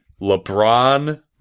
lebron